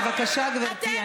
בבקשה, גברתי.